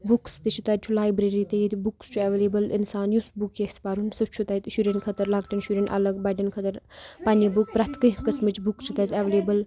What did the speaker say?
بُکٕس تہِ چھِ تَتہِ چھُ لایبرٔری تہِ ییٚتہِ بُکٕس چھُ ایویلیبٕل اِنسان یُس بُک ییٚژھِ پَرُن سُہ چھُ تَتہِ شُرٮ۪ن خٲطرٕ لۄکٹٮ۪ن شُرٮ۪ن الگ بَڑٮ۪ن خٲطرٕ پنٛنہِ بُک پرٛٮ۪تھ کینٛہہ قٕسمٕچ بُکہٕ چھِ تَتہِ اٮ۪ولیبٕل